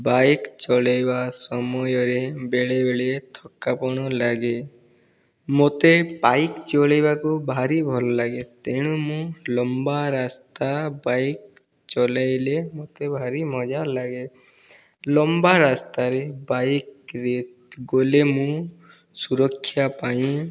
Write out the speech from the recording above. bike ଚଳାଇବା ସମୟରେ ବେଳେ ବେଳେ ଥକାପଣ ଲାଗେ ମୋତେ ବାଇକ୍ ଚଳାଇବାକୁ ଭାରି ଭଲଲାଗେ ତେଣୁ ମୁଁ ଲମ୍ବା ରାସ୍ତା ବାଇକ୍ ଚଳାଇଲେ ମୋତେ ଭାରି ମଜା ଲାଗେ ଲମ୍ବା ରାସ୍ତାରେ ବାଇକ୍ରେ ଗଲେ ମୁଁ ସୁରକ୍ଷା ପାଇଁ